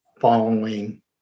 following